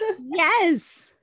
yes